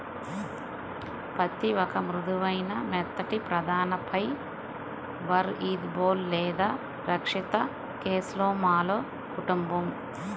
పత్తిఒక మృదువైన, మెత్తటిప్రధానఫైబర్ఇదిబోల్ లేదా రక్షిత కేస్లోమాలో కుటుంబం